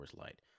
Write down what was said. Light